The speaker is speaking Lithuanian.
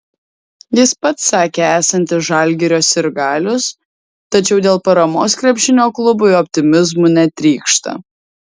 jis pats sakė esantis žalgirio sirgalius tačiau dėl paramos krepšinio klubui optimizmu netrykšta